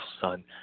son